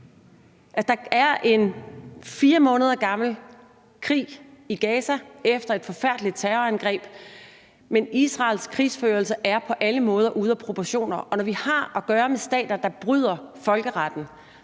Der har i 4 måneder været krig i Gaza efter et forfærdeligt terrorangreb, men Israels krigsførelse er på alle måder ude af proportioner. Og når vi har at gøre med stater, der bryder folkeretten,